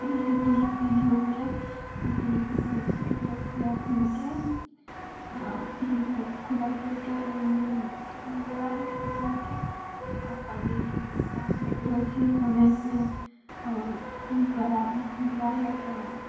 जइसे तुलसी भी हो गेलै तऽ तुलसीके मतलब खइआ खुनिके मतलब खुदाइ करिके ओहिमे लगा दै छिए पेड़के आओर पानीके पानी दैत रहै छिए समयपर आओर बड़ा हो जा हइ तऽ